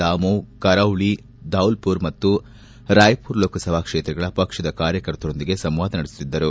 ದಮೊಹ್ ಕರೌಳಿ ಧೋಲ್ಪುರ್ ಮತ್ತು ರಾಯ್ಪುರ್ ಲೋಕಾಸಭಾ ಕ್ಷೇತ್ರಗಳ ಪಕ್ಷದ ಕಾರ್ಯಕರ್ತರೊಂದಿಗೆ ಸಂವಾದ ನಡೆಸುತ್ತಿದ್ದರು